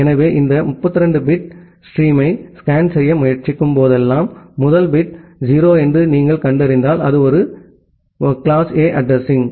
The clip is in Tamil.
எனவே இந்த 32 பிட் பிட் ஸ்ட்ரீமை ஸ்கேன் செய்ய முயற்சிக்கும் போதெல்லாம் முதல் பிட் 0 என்று நீங்கள் கண்டறிந்தால் அது ஒரு கிளாஸ் A அட்ரஸிங்